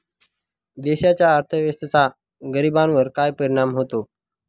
देशाच्या अर्थव्यवस्थेचा गरीबांवर काय परिणाम होतो